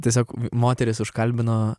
tiesiog moteris užkalbino